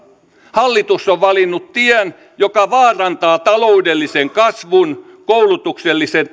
hallitus on valinnut tien joka vaarantaa taloudellisen kasvun koulutuksellisen